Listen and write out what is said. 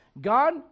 God